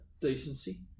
decency